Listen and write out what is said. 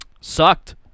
Sucked